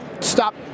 Stop